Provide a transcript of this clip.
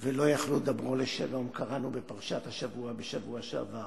"ולא יכלו דברו לשלום"; קראנו בפרשת השבוע בשבוע שעבר.